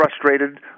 frustrated